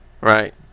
Right